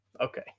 okay